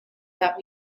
that